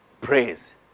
praise